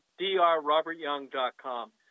drrobertyoung.com